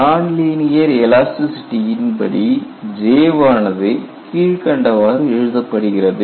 nonlinear எலாஸ்டிசிட்டியின் படி J வானது கீழ்க்கண்டவாறு எழுதப்படுகிறது